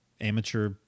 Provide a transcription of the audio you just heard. amateur